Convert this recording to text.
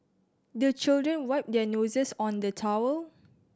the children wipe their noses on the towel